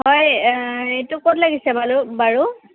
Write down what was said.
হয় এইটো ক'ত লাগিছে বাৰু বাৰু